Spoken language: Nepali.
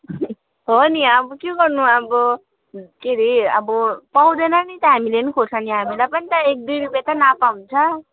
हो नि अब के गर्नु अब के अरे अब पाउँदैन नि त हामीले नि खोर्सानी हामीलाई पनि त एक दुई रुपियाँ त नाफा हुन्छ